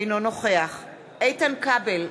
אינו נוכח איתן כבל,